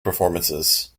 performances